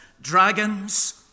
dragons